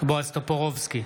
בועז טופורובסקי,